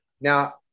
now